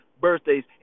birthdays